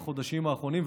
בחודשים האחרונים,